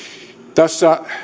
tässä